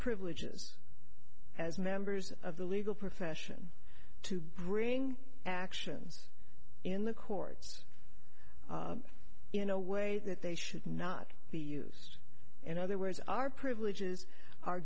privileges as members of the legal profession to bring actions in the courts in a way that they should not be used in other words our privileges are